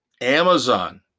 Amazon